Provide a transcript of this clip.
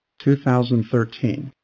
2013